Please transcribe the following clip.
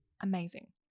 amazing